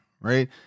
right